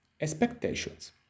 expectations